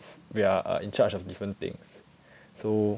we are err in charge of different things so